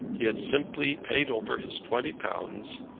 he had simply paid over his twenty pounds,